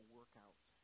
workout